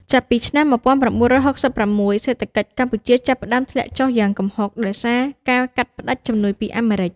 ចាប់ពីឆ្នាំ ១៩៦៦ សេដ្ឋកិច្ចកម្ពុជាចាប់ផ្តើមធ្លាក់ចុះយ៉ាងគំហុកដោយសារការកាត់ផ្តាច់ជំនួយពីអាមេរិក។